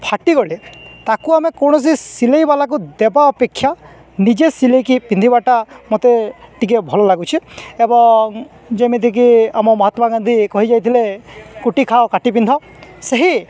ଫାଟି ଗଲେ ତାକୁ ଆମେ କୌଣସି ସିଲେଇବାଲାକୁ ଦେବା ଅପେକ୍ଷା ନିଜେ ସିଲେଇକି ପିନ୍ଧିବାଟା ମୋତେ ଟିକେ ଭଲ ଲାଗୁଛି ଏବଂ ଯେମିତିକି ଆମ ମହାତ୍ମା ଗାନ୍ଧୀ କହିଯାଇଥିଲେ କୁଟି ଖାଅ କାଟି ପିନ୍ଧ ସେହି